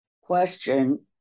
question